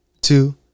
two